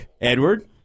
Edward